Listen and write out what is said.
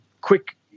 quick